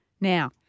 now